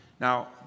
Now